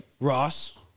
Ross